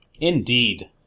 Indeed